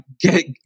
get